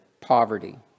poverty